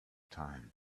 time